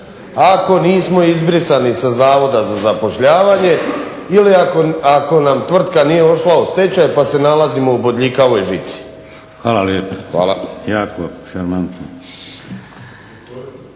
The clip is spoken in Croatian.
ako nismo izbrisani sa Zavoda za zapošljavanje ili ako nam tvrtka nije otišla u stečaj pa se nalazimo u bodljikavoj žici. **Šeks, Vladimir